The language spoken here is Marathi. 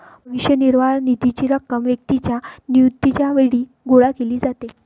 भविष्य निर्वाह निधीची रक्कम व्यक्तीच्या निवृत्तीच्या वेळी गोळा केली जाते